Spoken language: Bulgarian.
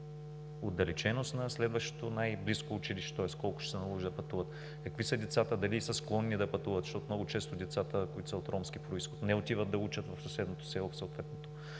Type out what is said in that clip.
на следващото най-близко училище, тоест колко ще се наложи да пътуват, какви са децата, дали са склонни да пътуват, защото много често децата, които са от ромски произход, не отиват да учат в съседното село в съответното